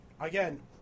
again